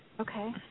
Okay